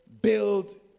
build